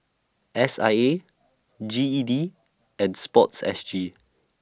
S I A G E D and Sports S G